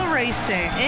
racing